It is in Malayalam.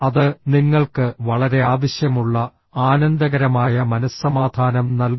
അത് നിങ്ങൾക്ക് വളരെ ആവശ്യമുള്ള ആനന്ദകരമായ മനസ്സമാധാനം നൽകും